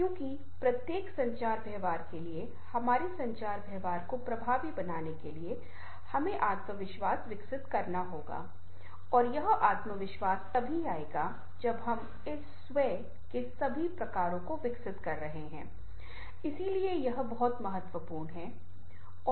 क्योंकि प्रत्येक संचार व्यवहार के लिए हमारे संचार व्यवहार को प्रभावी बनाने के लिए हमें आत्मविश्वास विकसित करना होगा और यह आत्मविश्वास तभी आएगा जब हम इस स्व के सभी प्रकारों को विकसित कर रहे हैं इसलिए यह बहुत महत्वपूर्ण है